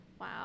Wow